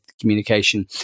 communication